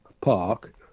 park